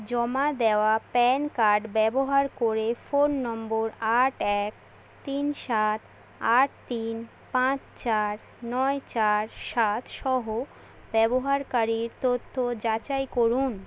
জমা দেওয়া PAN card ব্যবহার করে ফোন নম্বর আট এক তিন সাত আট তিন পাঁচ চার নয় চার সাতসহ ব্যবহারকারীর তথ্য যাচাই করুন